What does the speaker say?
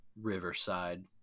Riverside